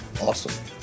awesome